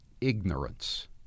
ignorance